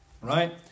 Right